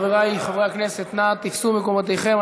חברי חברי הכנסת, נא תפסו את מקומותיכם.